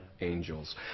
angels